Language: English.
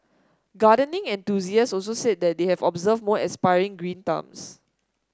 gardening enthusiasts also say that they have observed more aspiring green thumbs